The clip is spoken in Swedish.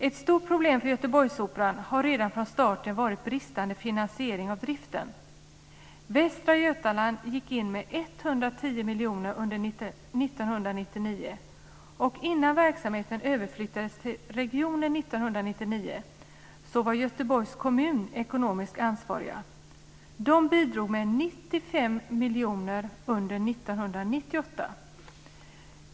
Ett stort problem för Göteborgsoperan har redan från starten varit bristande finansiering av driften. 1999, och innan verksamheten överflyttades till regionen 1999 var Göteborgs kommun ekonomiskt ansvarig. Man bidrog med 95 miljoner under 1998.